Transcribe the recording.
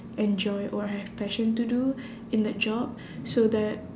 enjoy or I have passion to do in that job so that